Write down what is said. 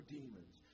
demons